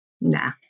nah